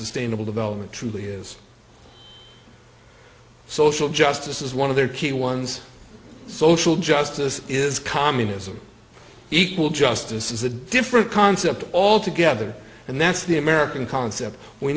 sustainable development truly is social justice is one of their key ones social justice is communism equal justice is a different concept all together and that's the american concept we